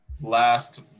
last